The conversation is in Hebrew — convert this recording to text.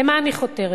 למה אני חותרת?